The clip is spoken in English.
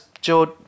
George